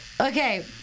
Okay